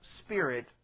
Spirit